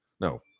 No